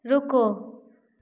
रुको